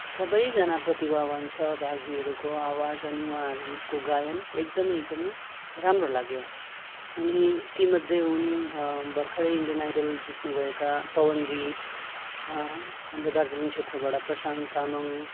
सबैजना प्रतिभावान सहभागीहरूको आवाज अनि उहाँहरूको गायन एकदमै एकदमै राम्रो लाग्यो अनि तीमध्ये हुन भर्खरै इन्डियन आइडल जित्नुभएका पवनदीप हाम्रो दार्जिलिङ क्षेत्रबाट प्रशान्त तामाङ